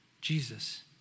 Jesus